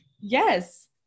yes